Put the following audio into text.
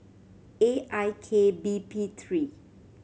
A I K B P three